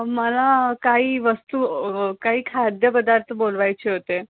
मला काही वस्तू काही खाद्यपदार्थ बोलवायचे होते